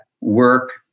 work